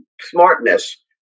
smartness